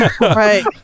right